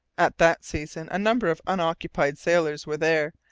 at that season a number of unoccupied sailors were there,